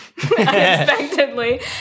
unexpectedly